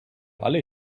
alle